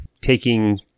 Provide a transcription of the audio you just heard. taking